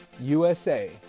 USA